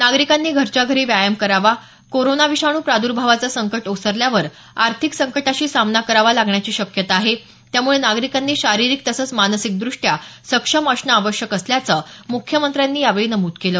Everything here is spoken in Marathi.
नागरिकांनी घरच्या घरी व्यायाम करावा कोरोना विषाणू प्रादुर्भावाचं संकट ओसरल्यावर आर्थिक संकटाशी सामना करावा लागण्याची शक्यता आहे त्यामुळे नागरिकांनी शारीरिक तसंच मानसिक द्रष्ट्या सक्षम असणं आवश्यक असल्याचं मुख्यमंत्र्यांनी यावेळी नमूद केलं